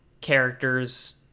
characters